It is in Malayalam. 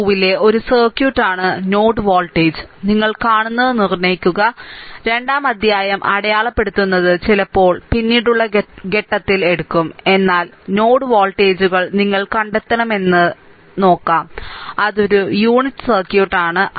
2 ലെ ഒരു സർക്യൂട്ടാണ് നോഡ് വോൾട്ടേജ് നിങ്ങൾ കാണുന്നത് നിർണ്ണയിക്കുക 2 ാം അധ്യായം അടയാളപ്പെടുത്തുന്നത് ചിലപ്പോൾ പിന്നീടുള്ള ഘട്ടത്തിൽ എടുക്കും എന്നാൽ നോഡ് വോൾട്ടേജുകൾ നിങ്ങൾ കണ്ടെത്തണമെന്ന് ഞങ്ങൾ നോക്കാം അതൊരു യൂണിറ്റ് സർക്യൂട്ട് ആണ്